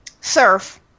Surf